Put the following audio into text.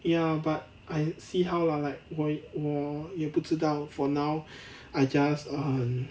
ya but I see how lah like 我我也不知道 for now I just err